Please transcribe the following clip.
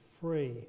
free